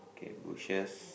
eight bushes